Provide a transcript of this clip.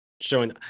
showing